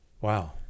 Wow